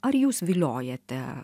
ar jūs viliojate